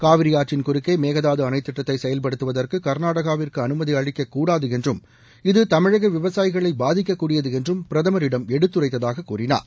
காவிரி ஆற்றின் குறுக்கே மேகதாது அணைத் திட்டத்தை செயல்படுத்துவதற்கு கர்நாடாவிற்கு அனுமதி அளிக்கக் கூடாது என்றும் இது தமிழக விவசாயிகளை பாதிக்கக் கூடியது என்றும் பிரதமரிடம் எடுத்துரைத்ததாக கூறினார்